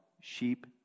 Sheep